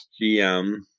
GM